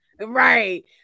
Right